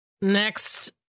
next